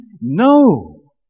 No